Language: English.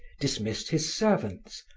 dismissed his servants,